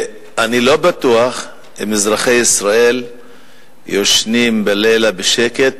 אני לא בטוח אם אזרחי ישראל ישנים בלילה בשקט,